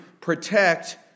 protect